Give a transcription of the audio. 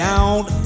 out